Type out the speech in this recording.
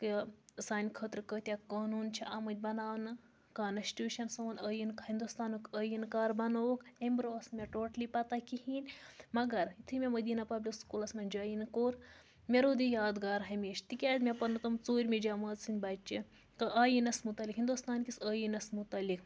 کہِ سانہِ خٲطرٕ کۭتیٛاہ قونوٗن چھِ آمٕتۍ بَناونہٕ کانسٹوٗشَن سون عٲییٖن ہِندستانُک عٲییٖن کَر بَنووُکھ امہِ برونٛہہ ٲس نہٕ مےٚ ٹوٹلی پَتہ کِہیٖنۍ مگر یُتھُے مےٚ مٔدیٖنہ پَبلِک سکوٗلَس منٛز جایِن کوٚر مےٚ روٗد یہِ یادگار ہمیشہِ تِکیازِ مےٚ پرنٲو تِم ژوٗرمہِ جمٲژ سٕنٛدۍ بَچہِ تہٕ عاییٖنَس مُتعلِق ہِندونٛدُستانکِس عٲییٖنَس مُتعلِق